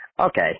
Okay